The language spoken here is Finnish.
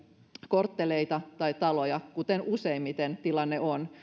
kortteleita tai taloja kuten useimmiten tilanne on